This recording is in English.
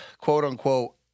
quote-unquote